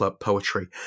poetry